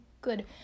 good